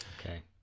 Okay